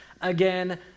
again